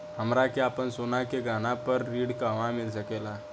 हमरा के आपन सोना के गहना पर ऋण कहवा मिल सकेला?